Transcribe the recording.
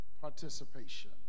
participation